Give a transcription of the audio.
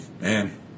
man